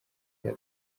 rya